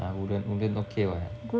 ah woodlands woodlands okay [what]